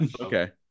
okay